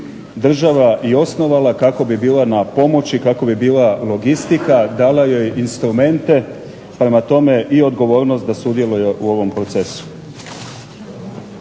država i osnovala kako bi bila na pomoći, kako bi bila logistika, dala joj instrumente. Prema tome, i odgovornost da sudjeluje u ovom procesu.